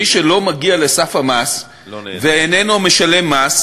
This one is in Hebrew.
מי שלא מגיע לסף המס ואיננו משלם מס,